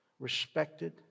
respected